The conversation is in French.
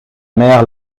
mer